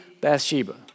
Bathsheba